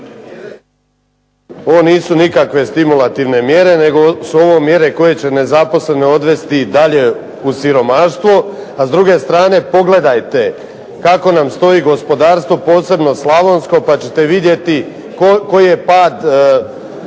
ovo nisu nikakve stimulativne mjere, nego su ovo mjere koje će nezaposlene odvesti dalje u siromaštvo. A s druge strane pogledajte kako nam stoji gospodarstvo pogotovo Slavonsko pa ćete vidjeti koliki je pad